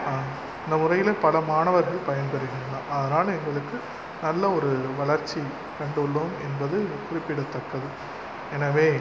இந்த முறையில் பல மாணவர்கள் பயன்பெறுகின்றன அதனால் எங்களுக்கு நல்ல ஒரு வளர்ச்சி கண்டுள்ளோம் என்பது குறிப்பிடத்தக்கது எனவே